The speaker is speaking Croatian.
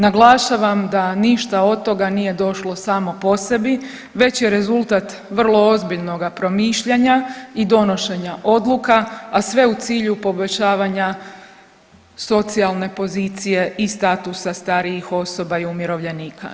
Naglašavam da ništa od toga nije došlo samo po sebi već je rezultat vrlo ozbiljnoga promišljanja i donošenja odluka, a sve u cilju poboljšavanja socijalne pozicije i statusa starijih osoba i umirovljenika.